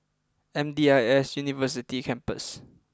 M D I S University Campus